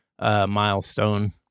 milestone